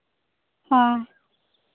ᱦᱚᱸ